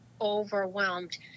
overwhelmed